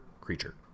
creature